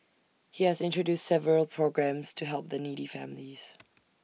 he has introduced several programmes to help the needy families